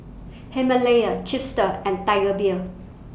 Himalaya Chipster and Tiger Beer